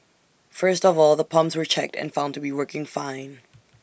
first of all the pumps were checked and found to be working fine